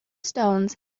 stones